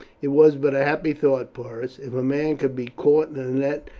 it was but a happy thought, porus if a man could be caught in a net,